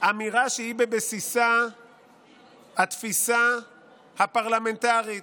אמירה שהיא בבסיסה התפיסה הפרלמנטרית